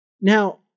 Now